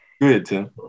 good